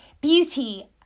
beauty